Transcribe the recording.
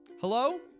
Hello